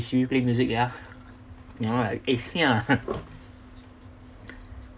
siri play music ya you know like eh sia